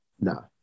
No